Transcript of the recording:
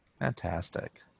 Fantastic